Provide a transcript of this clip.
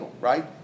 right